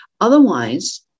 Otherwise